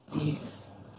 Yes